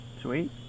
Sweet